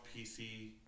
PC